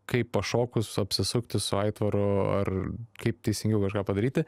kaip pašokus apsisukti su aitvaru ar kaip teisingiau kažką padaryti